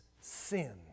sin